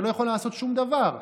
אתה לא יכול לעשות שום דבר.